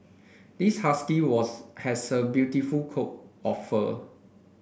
this husky was has a beautiful coat of fur